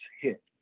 hit